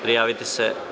Prijavite se.